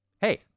Hey